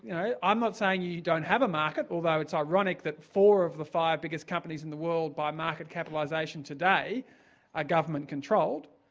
you know i'm not saying you don't have a market, although it's ironic that four of the five biggest companies in the world by market capitalisation today are government controlled,